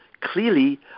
clearly